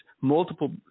multiple